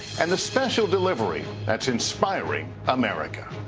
and the special delivery that's inspiring america.